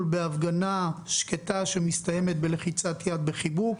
בהפגנה שקטה שמסתיימת בלחיצת יד ובחיבוק,